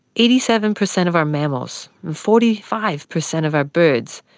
eighty seven per cent of our mammals forty five per cent of our birds,